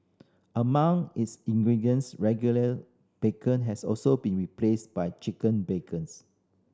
among its ingredients regular bacon has also been replaced by chicken bacons